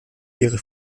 ihre